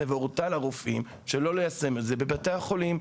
והורתה לרופאים שלא ליישם את זה בבתי החולים.